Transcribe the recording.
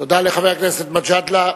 תודה לחבר הכנסת מג'אדלה,